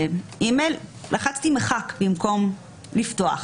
באימייל ולחצתי מחק במקום לפתוח.